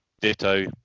Ditto